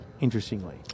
interestingly